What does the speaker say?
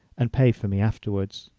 and pay for me afterwards.